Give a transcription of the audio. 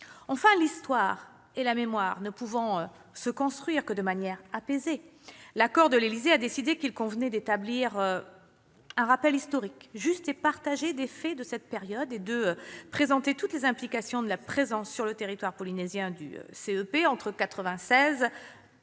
Enfin, l'histoire et la mémoire ne pouvant se construire que de manière apaisée, l'accord de l'Élysée a décidé qu'il convenait « d'établir un rappel historique juste et partagé des faits de cette période et de présenter toutes les implications de la présence sur le territoire polynésien du [Centre